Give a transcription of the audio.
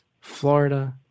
Florida